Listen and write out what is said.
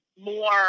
more